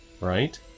right